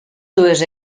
dues